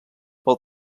pel